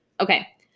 okay